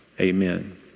amen